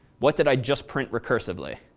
what did i just print recursively?